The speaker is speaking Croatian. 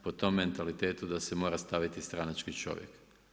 Po tom mentalitetu da se mora staviti stranački čovjek.